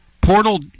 Portal